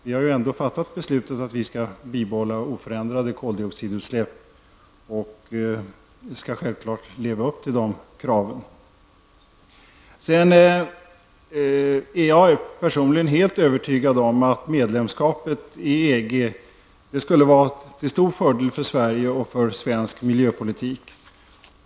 Vi har fattat beslutet att bibehålla koldioxidutsläppen på en oförändrad nivå, och vi skall självfallet leva upp till det kravet. Personligen är jag övertygad om att medlemskap i EG skulle vara till stor fördel för Sverige och svensk miljöpolitik.